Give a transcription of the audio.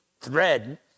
thread